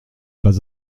pas